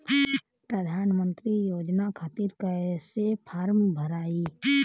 प्रधानमंत्री योजना खातिर कैसे फार्म भराई?